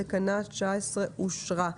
תקנה 19 אושרה.